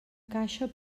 caixa